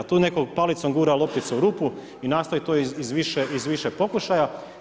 Tu netko palicom gura lopticu u rupu i nastoji to iz više pokušaja.